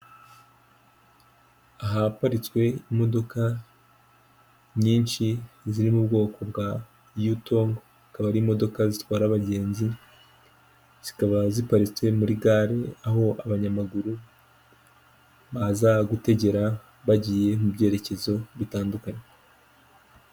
Ahaparitswe imodoka nyinshi ziri mu bwoko bwa yutongo, akaba ari imodoka zitwara abagenzi, zikaba ziparitse muri gare, aho abanyamaguru baza gutegera bagiye mu byerekezo bitandukanye.